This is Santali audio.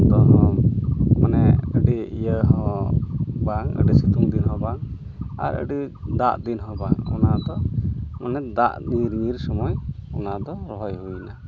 ᱚᱱᱟᱫᱚ ᱢᱟᱱᱮ ᱟᱹᱰᱤ ᱤᱭᱟᱹ ᱦᱚᱸ ᱵᱟᱝ ᱟᱹᱰᱤ ᱥᱤᱛᱩᱝ ᱫᱤᱱᱦᱚᱸ ᱵᱟᱝ ᱟᱨ ᱟᱹᱰᱤ ᱫᱟᱜ ᱫᱤᱱ ᱦᱚᱸ ᱵᱟᱝ ᱚᱱᱟᱫᱚ ᱫᱟᱜ ᱧᱤᱨ ᱧᱤᱨ ᱥᱚᱢᱚᱭ ᱚᱱᱟ ᱫᱚ ᱨᱚᱦᱚᱭ ᱦᱩᱭᱱᱟ